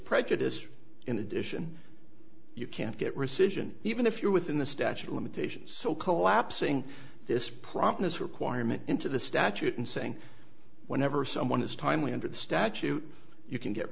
prejudice in addition you can't get rescission even if you're within the statute of limitations so collapsing this promptness requirement into the statute and saying whenever someone is timely under the statute you can get